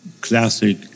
Classic